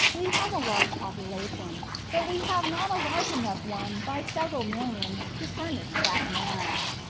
we have a large population, but we have not a large enough one, by several millions, to furnish that man.